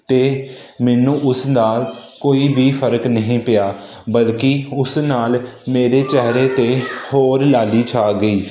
ਅਤੇ ਮੈਨੂੰ ਉਸ ਨਾਲ ਕੋਈ ਵੀ ਫਰਕ ਨਹੀਂ ਪਿਆ ਬਲਕਿ ਉਸ ਨਾਲ ਮੇਰੇ ਚਿਹਰੇ 'ਤੇ ਹੋਰ ਲਾਲੀ ਛਾ ਗਈ